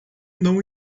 não